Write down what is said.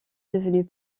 devenue